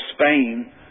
Spain